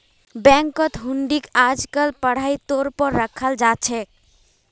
बैंकत हुंडीक आजकल पढ़ाई तौर पर रखाल जा छे